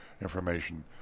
information